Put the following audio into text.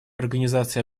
организации